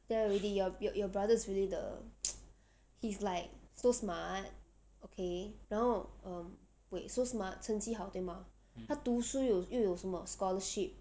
there already your brother is really the he's like so smart okay 然后 um wait so smart 成绩好对吗他读书有又有什么 scholarship